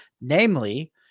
Namely